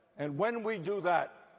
and when we do that,